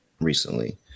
recently